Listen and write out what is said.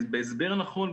בהסבר נכון,